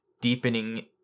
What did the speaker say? deepening